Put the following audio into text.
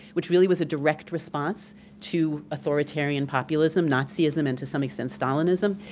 which really was a direct response to authoritarian populism, nazism, and to some extent stalinism,